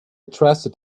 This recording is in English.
trusted